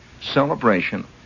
celebration